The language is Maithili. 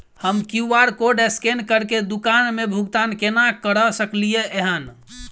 हम क्यू.आर कोड स्कैन करके दुकान मे भुगतान केना करऽ सकलिये एहन?